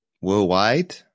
worldwide